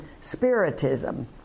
spiritism